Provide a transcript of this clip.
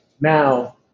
now